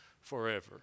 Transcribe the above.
forever